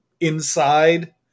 inside